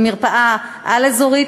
זו מרפאה על-אזורית,